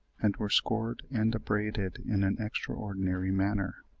and were scored and abraded in an extraordinary manner.